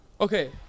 Okay